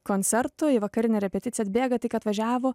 koncerto į vakarinę repeticiją atbėga tik atvažiavo